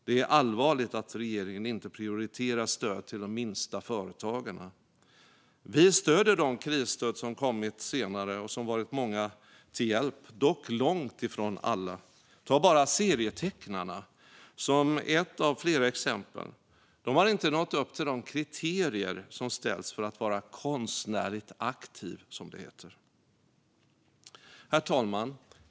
Det är allvarligt att regeringen inte prioriterar stöd till de minsta företagarna. Vi stöder de krisstöd som har kommit senare och som har varit många till hjälp, dock långt ifrån alla. Ta bara serietecknarna som ett av flera exempel. De har inte nått upp till de kriterier som ställs för att vara konstnärligt aktiv, som det heter. Herr talman!